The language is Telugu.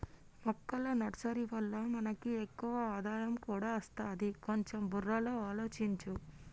మొక్కల నర్సరీ వల్ల మనకి ఎక్కువ ఆదాయం కూడా అస్తది, కొంచెం బుర్రలో ఆలోచించు